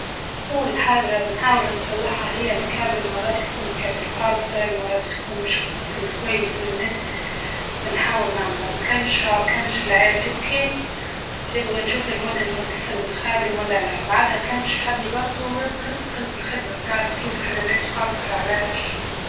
أول حاجة بنحاول نصلحها هي الكابل مرات يكون الكابل فاصل مرات يكون مش موصل كويس بالنت، بحاول نعمله لو ماكنش هاك مكانش العيب هيكي يبقى نشوف المودم متصل بالخادم ولا لا، بعدها مكانش هادي برضه نتصل بالخدمة بنعرف كيف هاد النت فاصل علاش.